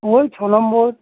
ওই ছ নম্বর